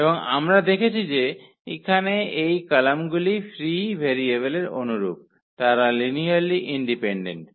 এবং আমরা দেখেছি যে এখানে এই কলামগুলি ফ্রি ভেরিয়েবলের অনুরূপ তারা লিনিয়ারলি ইন্ডিপেনডেন্ট